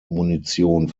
munition